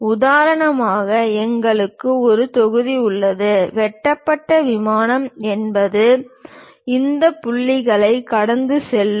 உதாரணமாக எங்களுக்கு ஒரு தொகுதி உள்ளது வெட்டப்பட்ட விமானம் என்பது இந்த புள்ளிகளைக் கடந்து செல்லும்